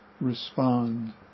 respond